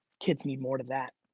kids need more to that.